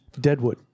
Deadwood